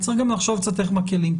צריך לחשוב קצת איך מקלים.